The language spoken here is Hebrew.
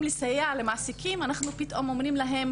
לסייע למעסיקים אנחנו פתאום אומרים להם